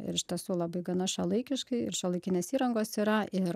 ir iš tiesų labai gana šiuolaikiškai ir šiuolaikinės įrangos yra ir